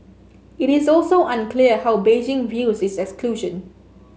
it is also unclear how Beijing views its exclusion